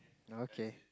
no okay